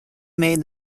made